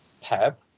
PEP